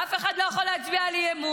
שאף אחד לא יכול להצביע אי-אמון,